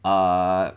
uh